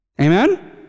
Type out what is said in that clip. Amen